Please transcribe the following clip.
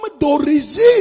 d'origine